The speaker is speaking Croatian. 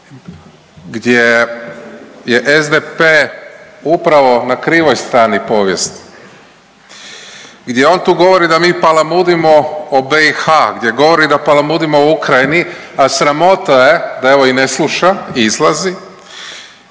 gdje je SDP upravo na krivoj strani povijesti, gdje on tu govori da mi palamudimo o BiH, gdje govorimo da palamudimo o Ukrajini, a sramota je da evo, i ne sluša i izlazi